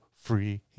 free